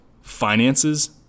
finances